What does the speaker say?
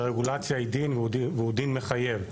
ורגולציה היא דין והוא דין מחייב.